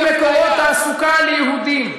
תגיד אפליה, ומקורות תעסוקה ליהודים,